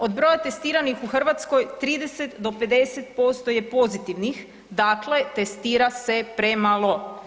Od broja testiranih u Hrvatskoj 30 do 50% je pozitivnih dakle testira se premalo.